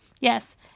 Yes